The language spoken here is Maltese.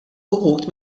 uħud